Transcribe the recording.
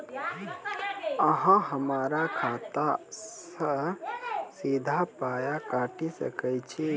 अहॉ हमरा खाता सअ सीधा पाय काटि सकैत छी?